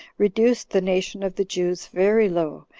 reduced the nation of the jews very low,